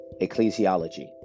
ecclesiology